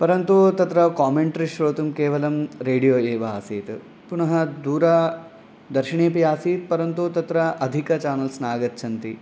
परन्तु तत्र कामेण्ट्रि श्रोतुं केवलं रेडियो एव आसीत् पुनः दूरदर्शिनी अपि आसीत् परन्तु तत्र अधिकं चानल्स् न आगच्छन्ति